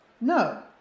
No